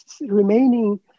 remaining